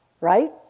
right